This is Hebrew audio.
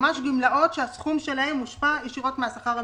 ממש גמלאות שהסכום שלהן מושפע ישירות מהשכר הממוצע,